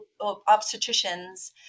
obstetricians